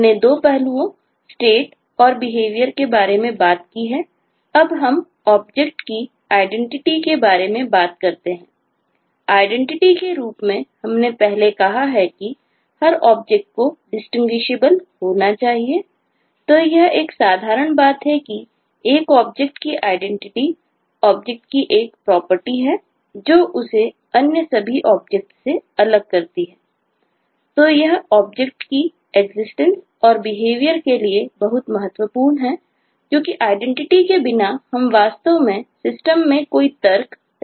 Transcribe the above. हमने 2 पहलुओं स्टेट करने में सक्षम नहीं होंगे